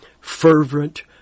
fervent